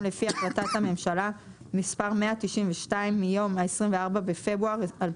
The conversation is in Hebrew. לפי החלטת הממשלה מס' 192 מיום (24 בפברואר 2023),